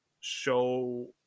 show